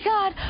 God